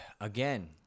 again